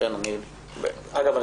אגב,